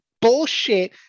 bullshit